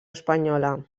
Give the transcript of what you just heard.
espanyola